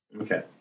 Okay